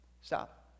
Stop